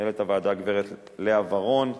מנהלת הוועדה, הגברת לאה ורון,